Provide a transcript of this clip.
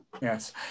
Yes